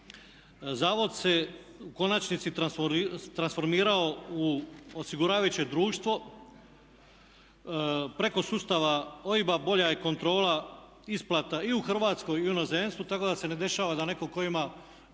Zavod se u konačnici transformirao u osiguravajuće društvo. Preko sustava OIB-a bolja je kontrola isplata i u Hrvatskoj i u inozemstvu, tako da se ne dešava da netko tko ima